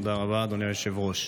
תודה רבה, אדוני היושב-ראש.